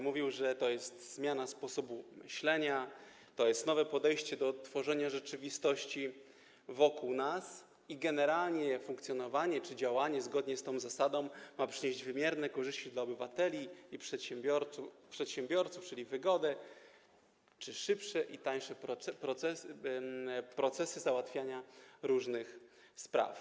Mówił, że to jest zmiana sposobu myślenia, że to jest nowe podejście do tworzenia rzeczywistości wokół nas i że generalnie funkcjonowanie czy działanie zgodnie z tą zasadą ma przynieść wymierne korzyści obywatelom i przedsiębiorcom, czyli zapewnić wygodę czy szybsze i tańsze procedury załatwiania różnych spraw.